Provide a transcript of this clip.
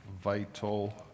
vital